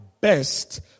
best